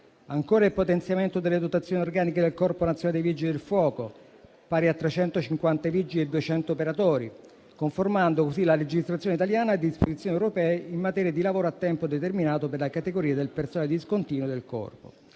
il potenziamento delle dotazioni organiche del Corpo nazionale dei vigili del fuoco, pari a 350 vigili e 200 operatori, conformando così la legislazione italiana alle disposizioni europee in materia di lavoro a tempo determinato per la categoria del personale discontinuo del Corpo.